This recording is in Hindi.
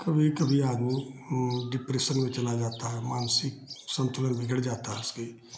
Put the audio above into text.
कभी कभी आदमी डिप्रेशन में चला जाता है मानसिक सन्तुलन बिगड़ जाता है उसके